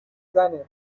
زنه